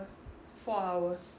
four hours